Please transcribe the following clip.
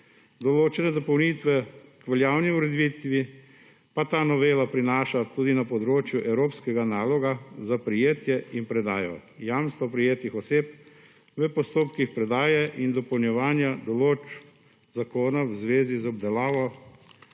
določene dopolnitve k veljavni ureditvi pa ta novela prinaša tudi na področju evropskega naloga za prijetje in predajo, jamstvo prejetih oseb v postopkih predaje in dopolnjevanja določb zakona v zvezi z obdelavo